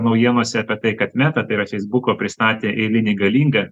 naujienose apie tai kad meta tai yra feisbuko pristatė eilinį galingą